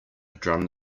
drum